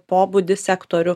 pobūdį sektorių